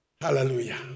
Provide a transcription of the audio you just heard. Hallelujah